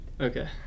Okay